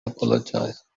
apologize